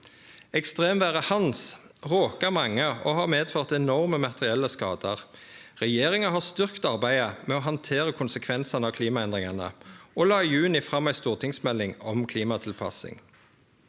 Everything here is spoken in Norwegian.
Ekstremvêret «Hans» råka mange og har medført enorme materielle skadar. Regjeringa har styrkt arbeidet med å handtere konsekvensane av klimaendringane og la i juni fram ei stortingsmelding om klimatilpassing.